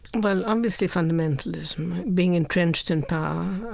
well, obviously fundamentalism being entrenched in power.